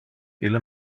ille